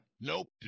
Nope